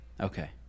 Okay